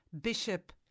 Bishop